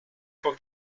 for